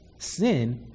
Sin